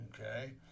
okay